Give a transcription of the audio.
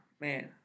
man